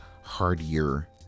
hardier